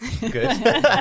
good